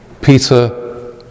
Peter